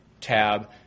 tab